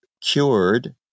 cured